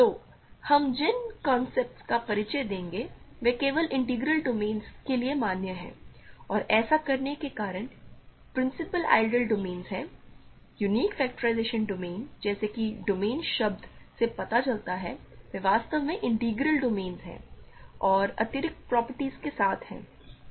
तो हम जिन कॉन्सेप्ट्स का परिचय देंगे वे केवल इंटीग्रल डोमेन के लिए मान्य हैं और ऐसा करने का कारण प्रिंसिपल आइडियल डोमेन्स हैं यूनिक फैक्टराइजेशन डोमेन्स जैसा कि डोमेन शब्द से पता चलता है वे वास्तव में इंटीग्रल डोमेन हैं और अतिरिक्त प्रॉपर्टीज के साथ हैं